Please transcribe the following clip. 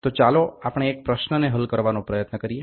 તો ચાલો આપણે એક પ્રશ્નને હલ કરવાનો પ્રયત્ન કરીએ